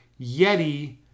Yeti